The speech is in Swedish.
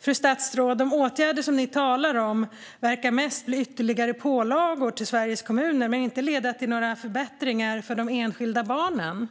Fru statsråd! De åtgärder som statsrådet talar om verkar mest bli ytterligare pålagor på Sveriges kommuner men inte leda till några förbättringar för de enskilda barnen.